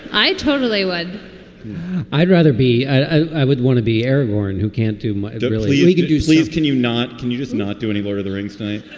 i totally would i'd rather be. i would want to be aragorn. who can't do it really? he could do. please. can you not? can you just not do any lord of the rings night?